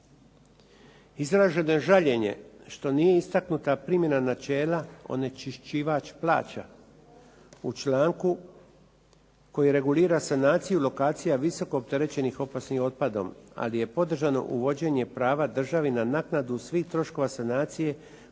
Izraženo je žaljenje što nije istaknuta primjena načela onečišćivač plaća. U članku koji regulira sanaciju lokacija visoko opterećenih opasnim otpadom ali je podržano uvođenje prava državi na naknadu svih troškova sanacije